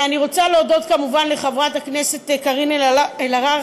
אני רוצה להודות כמובן לחברת הכנסת קארין אלהרר,